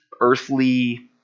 earthly